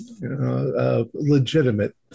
Legitimate